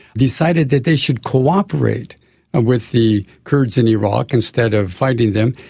decided that they should cooperate with the kurds in iraq instead of fighting them.